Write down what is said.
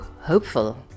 hopeful